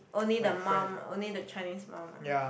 only the mum only the Chinese mum ah